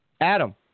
Adam